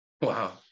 Wow